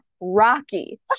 Rocky